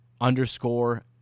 underscore